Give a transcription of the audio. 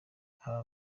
nkaba